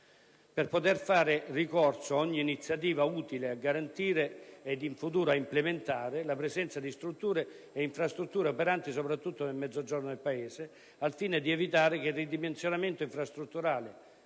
per poter fare ricorso a ogni iniziativa utile a garantire e, in futuro, a implementare, la presenza di strutture e infrastrutture operanti soprattutto nel Mezzogiorno del Paese, al fine di evitare che il ridimensionamento infrastrutturale